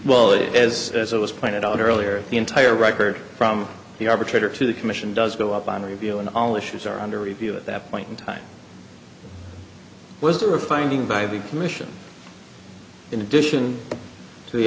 is as it was pointed out earlier the entire record from the arbitrator to the commission does go up on revealing all issues are under review at that point in time was there a finding by the commission in addition to the